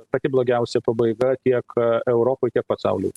pati blogiausia pabaiga tiek europai tiek pasauliui